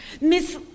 Miss